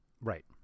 Right